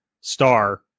star